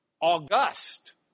August